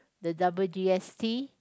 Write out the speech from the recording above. the double g_s_t